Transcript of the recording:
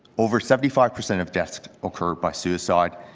over seventy five percent of deaths occur by suicide.